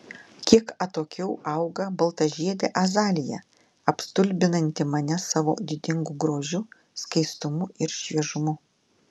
kiek atokiau auga baltažiedė azalija apstulbinanti mane savo didingu grožiu skaistumu ir šviežumu